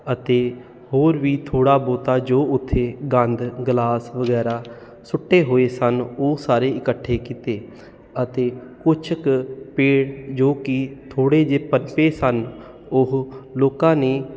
ਅਤੇ ਹੋਰ ਵੀ ਥੋੜ੍ਹਾ ਬਹੁਤਾ ਜੋ ਉੱਥੇ ਗੰਦ ਗਿਲਾਸ ਵਗੈਰਾ ਸੁੱਟੇ ਹੋਏ ਸਨ ਉਹ ਸਾਰੇ ਇਕੱਠੇ ਕੀਤੇ ਅਤੇ ਕੁਝ ਕੁ ਪੇੜ ਜੋ ਕਿ ਥੋੜ੍ਹੇ ਜਿਹੇ ਪਤਲੇ ਸਨ ਉਹ ਲੋਕਾਂ ਨੇ